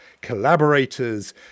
collaborators